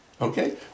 Okay